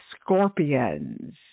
Scorpions